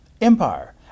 Empire